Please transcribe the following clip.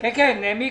המילואים.